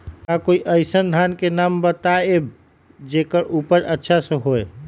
का कोई अइसन धान के नाम बताएब जेकर उपज अच्छा से होय?